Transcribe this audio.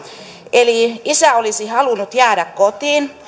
eli isä olisi halunnut jäädä kotiin